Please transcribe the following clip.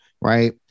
right